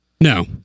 No